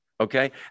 Okay